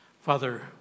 Father